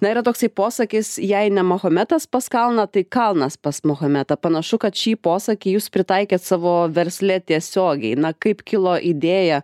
na yra toksai posakis jei ne mahometas pas kalną tai kalnas pas mahometą panašu kad šį posakį jūs pritaikėt savo versle tiesiogiai na kaip kilo idėja